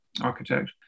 architect